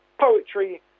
poetry